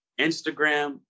Instagram